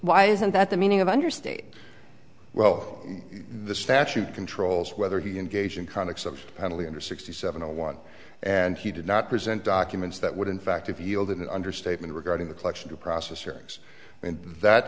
why isn't that the meaning of understate well the statute controls whether he engaged in contacts of penalty under sixty seven or one and he did not present documents that would in fact if you hold an understatement regarding the collection of process